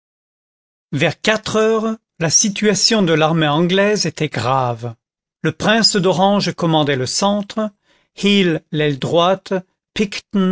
vers quatre heures la situation de l'armée anglaise était grave le prince d'orange commandait le centre hill l'aile droite